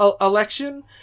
election